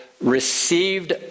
received